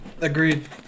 Agreed